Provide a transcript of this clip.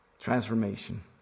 Transformation